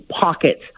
pockets